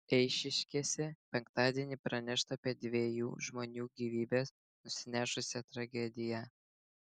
eišiškėse penktadienį pranešta apie dviejų žmonių gyvybes nusinešusią tragediją